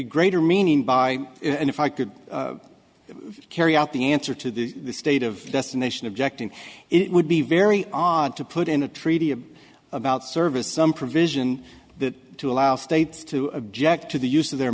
greater meaning by it and if i could carry out the answer to the state of destination objecting it would be very odd to put in a treaty a about service some provision that to allow states to object to the use of their